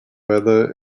weather